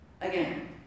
Again